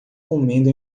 comendo